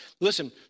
Listen